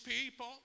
people